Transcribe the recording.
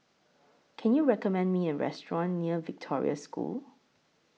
Can YOU recommend Me A Restaurant near Victoria School